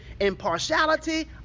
impartiality